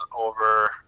over